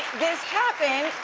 this happened,